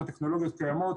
הטכנולוגיות קיימות.